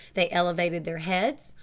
they elevated their heads,